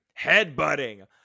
Headbutting